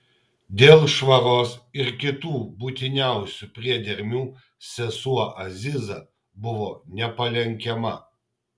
dėl švaros ir kitų būtiniausių priedermių sesuo aziza buvo nepalenkiama